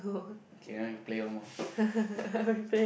okay now you play one more